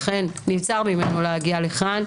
ולכן נבצר ממנו להגיע לכאן,